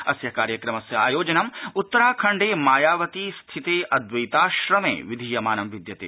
अस्य कार्यक्रमस्य आयोजनम् उत्तराखण्डे मायावती स्थिते अद्वैताश्रमे विधीयमानं विद्यते